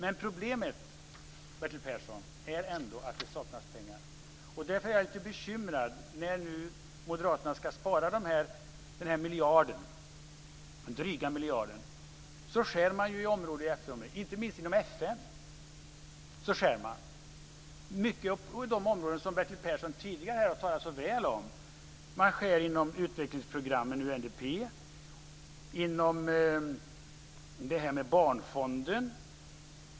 Men problemet är ändå att det saknas pengar, och därför är jag lite bekymrad. När moderaterna nu ska spara en dryg miljard skär de i område efter område, inte minst inom FN och de områden som Bertil Persson tidigare har talat så väl om. De skär inom utvecklingsprogrammen UNDP och inom barnfonden.